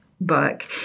book